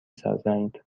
سازند